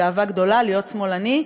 גאווה גדולה להיות שמאלני,